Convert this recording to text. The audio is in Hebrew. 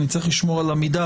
אבל אני צריך לשמור על המידה.